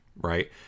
right